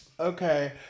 okay